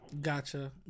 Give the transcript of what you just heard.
Gotcha